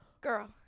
girl